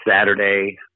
Saturday